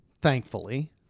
Thankfully